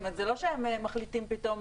אבל זה לא שהם מחליטים פתאום